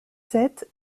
sept